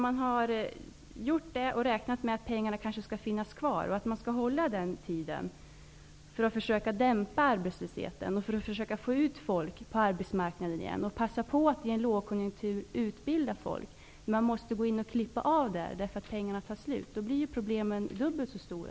Man har gjort det och kanske räknat med att pengarna skulle finnas kvar så att man kunde dämpa arbetslösheten, försöka få ut folk på arbetsmarknaden igen och passa på att i en lågkonjunktur utbilda folk. Nu måste man klippa av där. Då blir problemen dubbelt så stora.